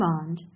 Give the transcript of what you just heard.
demand